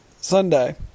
Sunday